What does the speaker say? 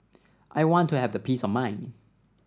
I want to have the peace of mind